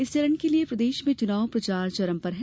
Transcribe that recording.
इस चरण के लिये प्रदेश में चुनाव प्रचार चरम पर है